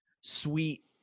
sweet